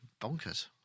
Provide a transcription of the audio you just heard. bonkers